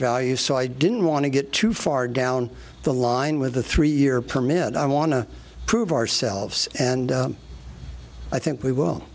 value so i didn't want to get too far down the line with a three year permit i want to prove ourselves and i think we will